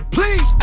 Please